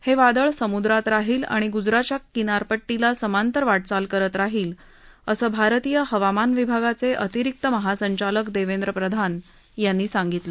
हे वादळ समुद्रात राहील आणि गुजरातच्या किनारपट्टीला समांतर वा क्राल करत राहील असं भारतीय हवामान विभागाचे अतिरिक्त महासंचालक देवेंद्र प्रधान यांनी सांगितलं